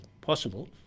possible